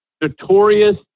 notorious